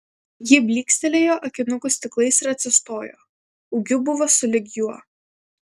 ji blykstelėjo akinukų stiklais ir atsistojo ūgiu buvo sulig juo